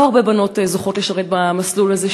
לא הרבה בנות זוכות לשרת במסלול הזה.